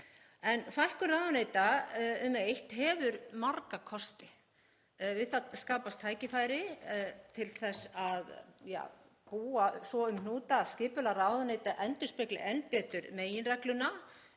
Fækkun ráðuneyta um eitt hefur marga kosti. Við það skapast tækifæri til að búa svo um hnúta að skipulag ráðuneyta endurspegli enn betur meginregluna